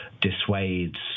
dissuades